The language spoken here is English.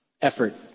effort